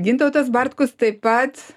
gintautas bartkus taip pat